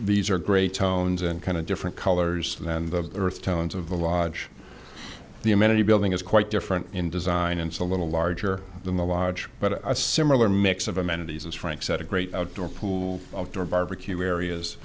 these are great tones and kind of different colors of the earth tones of the lodge the amenity building is quite different in design and so a little larger than the lodge but a similar mix of amenities as frank said a great outdoor pool door barbecue areas